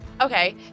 Okay